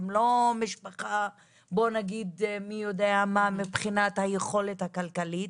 הם לא משפחה מי יודע מה מבחינת היכולת הכלכלית,